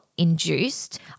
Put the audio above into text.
induced